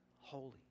holy